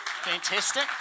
Fantastic